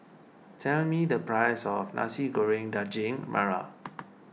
tell me the price of Nasi Goreng Daging Merah